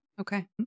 Okay